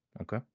Okay